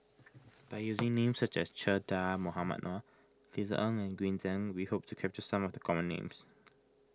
by using names such as Che Dah Mohamed Noor Ng and Green Zeng we hope to capture some of the common names